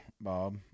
Bob